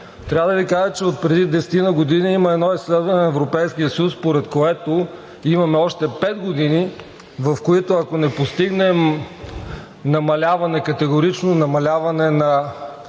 Трябва да Ви кажа, че отпреди десетина години има едно изследване на Европейския съюз, според което имаме още пет години, в които, ако не постигнем категорично намаляване на